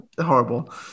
horrible